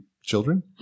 children